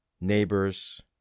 neighbors